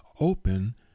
open